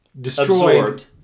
destroyed